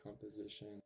composition